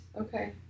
okay